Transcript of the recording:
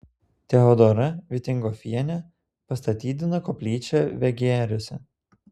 teodora vitingofienė pastatydino koplyčią vegeriuose